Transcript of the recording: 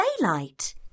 daylight